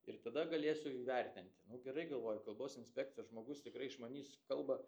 ir tada galėsiu įvertinti nu gerai galvoju kalbos inspekcijos žmogus tikrai išmanys kalbą